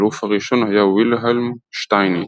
האלוף הראשון היה וילהלם שטייניץ.